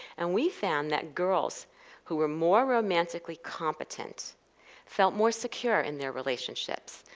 and we found that girls who were more romantically competent felt more secure in their relationships.